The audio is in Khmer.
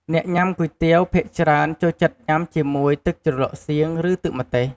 អ្នកញុាំគុយទាវភាគច្រើនចូលចិត្តញុំាជាមួយ ទឹកជ្រលក់សៀង ឬទឹកម្ទេស។